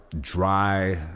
dry